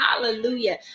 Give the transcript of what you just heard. hallelujah